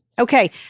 Okay